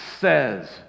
says